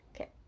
Okay